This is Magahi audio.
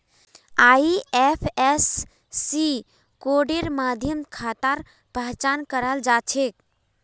आई.एफ.एस.सी कोडेर माध्यम खातार पहचान कराल जा छेक